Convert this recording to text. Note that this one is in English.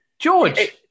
George